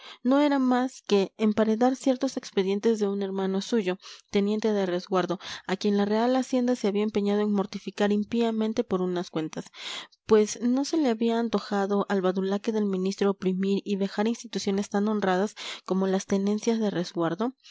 no era más que emparedar ciertos expedientes de un hermano suyo teniente de resguardo a quien la real hacienda se había empeñado en mortificar impíamente por unas cuentas pues no se le había antojado al badulaque del ministro oprimir y vejar instituciones tan honradas como las tenencias de resguardo